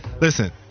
Listen